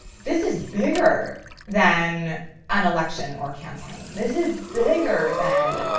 this is bigger than an election or campaign. this is bigger than,